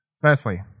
Firstly